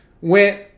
went